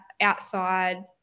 outside